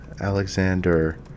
Alexander